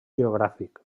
geogràfic